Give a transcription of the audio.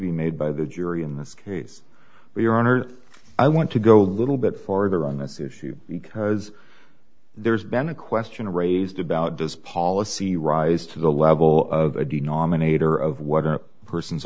be made by the jury in this case but your honor i want to go a little bit farther on this issue because there's been a question raised about does policy rise to the level of a denominator of what a person's